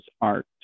art